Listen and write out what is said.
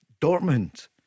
Dortmund